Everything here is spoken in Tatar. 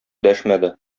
дәшмәде